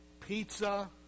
Pizza